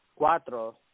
Cuatro